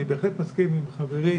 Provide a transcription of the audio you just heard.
אני בהחלט מסכים עם חברי,